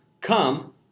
come